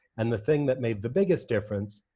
and the thing that made the biggest difference,